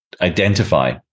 identify